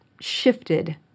shifted